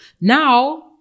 Now